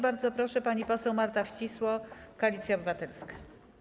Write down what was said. Bardzo proszę, pani poseł Marta Wcisło, Koalicja Obywatelska.